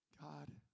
God